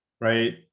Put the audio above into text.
right